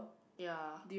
ya